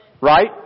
Right